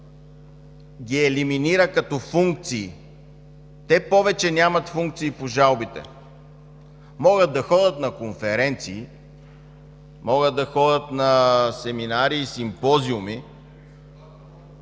ги елиминира като функции, те повече нямат функции по жалбите. Могат да ходят на конференции, могат да ходят на семинари и симпозиуми...